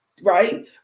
right